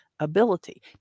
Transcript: ability